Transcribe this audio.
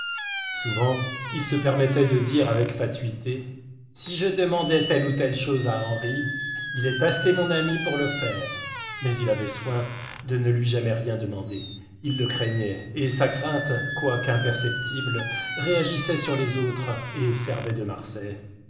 souvent il se permettait de dire avec fatuité si je demandais telle ou telle chose à henri il est assez mon ami pour le faire mais il avait soin de ne lui jamais rien demander il le craignait et sa crainte quoique imperceptible réagissait sur les autres et servait de marsay